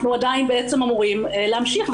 שאנחנו עדיין בעצם אמורים להמשיך,